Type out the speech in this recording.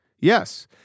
Yes